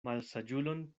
malsaĝulon